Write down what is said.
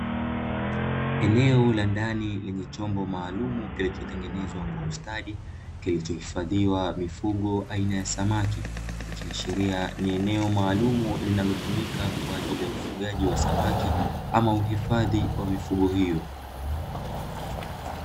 Eneo la ndani yenye chombo maalumu, kilichotengenezwa kwa ustadi, kinachohifadhia samaki. Likiashiria ni eneo maalumu, linalotumika kwa ajili ya ufugaji wa samaki ama uhifadhi wa mifugo hiyo.